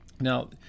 Now